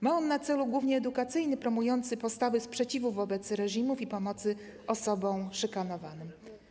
Ma ono cel głównie edukacyjny, promujący postawy sprzeciwu wobec reżimów i pomocy osobom szykanowanym.